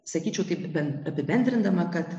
sakyčiau kaip bent apibendrindama kad